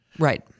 Right